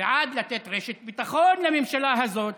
ועד לתת רשת ביטחון לממשלה הזאת,